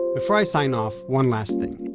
before i sign off, one last thing.